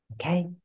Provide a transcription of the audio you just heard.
Okay